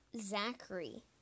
Zachary